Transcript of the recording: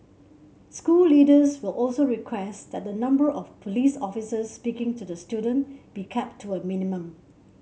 school leaders will also request that the number of police officers speaking to the student be kept to a minimum